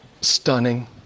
stunning